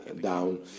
down